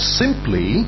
simply